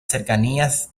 cercanías